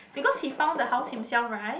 because he found the house himself right